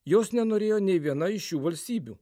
jos nenorėjo nei viena iš šių valstybių